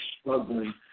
struggling